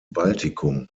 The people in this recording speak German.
baltikum